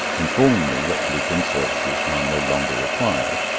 informing me that lupin's services are no longer required,